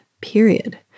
Period